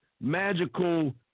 magical